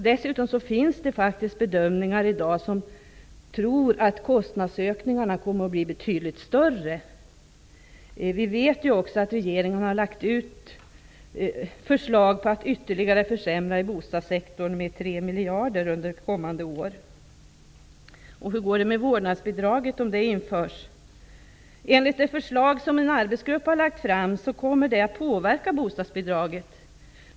Dessutom finns det i dag faktiskt bedömare som tror att kostnadsökningarna kommer att bli betydligt större. Vi vet också att regeringen har lagt fram förslag om ytterligare försämringar i bostadssektorn med 3 miljarder under kommande år. Hur går det om vårdnadsbidraget införs? Enligt det förslag som en arbetsgrupp har lagt fram kommer det att påverka bostadsbidraget.